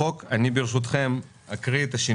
בוקר טוב, אני מתכבד לפתוח את הישיבה.